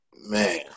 man